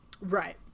Right